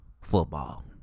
football